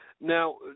Now